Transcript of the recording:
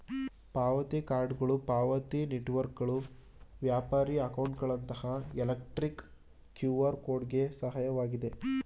ಪಾವತಿ ಕಾರ್ಡ್ಗಳು ಪಾವತಿ ನೆಟ್ವರ್ಕ್ಗಳು ವ್ಯಾಪಾರಿ ಅಕೌಂಟ್ಗಳಂತಹ ಎಲೆಕ್ಟ್ರಾನಿಕ್ ಕ್ಯೂಆರ್ ಕೋಡ್ ಗೆ ಸಹಾಯಕವಾಗಿದೆ